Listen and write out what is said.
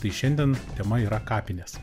tai šiandien tema yra kapinės